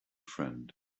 friend